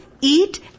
eat